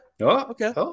okay